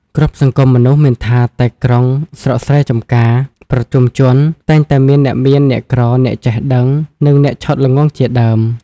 គ្រប់សង្គមមនុស្ស មិនថាតែក្រុង ស្រុកស្រែចំការ ប្រជុំជន តែងតែមានអ្នកមាន អ្នកក្រ អ្នកចេះដឹង និងអ្នកឆោតល្ងង់ជាដើម។